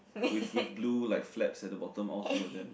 with with blues like flaps at the bottom all three of them